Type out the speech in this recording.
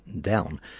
down